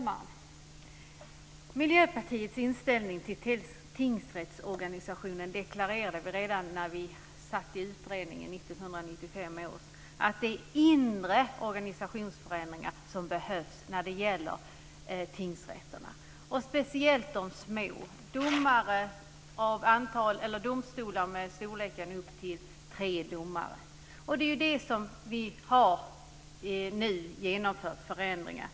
Fru talman! Miljöpartiets inställning till tingsrättsorganisationen deklarerade vi redan när vi satt i 1995 års utredning. Det är inre organisationsförändringar som behövs när det gäller tingsrätterna. Det gäller speciellt de små, domstolar med upp till tre domare. Det är för dem vi nu har genomfört förändringar.